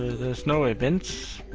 there's no events.